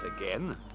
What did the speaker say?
again